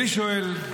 אני שואל: